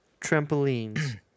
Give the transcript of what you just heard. Trampolines